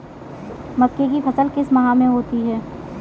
मक्के की फसल किस माह में होती है?